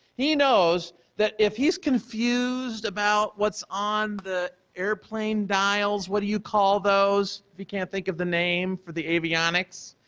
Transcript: he knows that if he's confused about what's on the airplane dials, what do you call those? if he can't think of the name for the avionics.